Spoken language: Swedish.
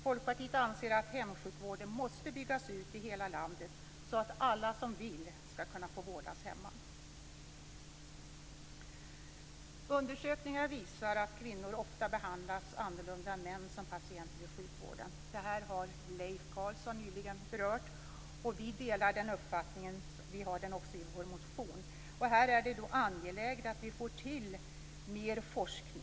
Folkpartiet anser att hemsjukvården måste byggas ut i hela landet så att alla som vill skall kunna få vårdas hemma. Undersökningar visar att kvinnor ofta behandlas annorlunda än män som patienter i sjukvården. Detta har Leif Carlson nyligen berört. Vi delar den uppfattningen. Vi har den också i vår motion. Här är det angeläget att vi får till mer forskning.